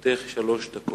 לרשותך שלוש דקות.